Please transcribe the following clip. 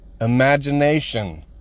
imagination